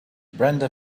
brenda